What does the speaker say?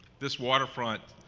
this water front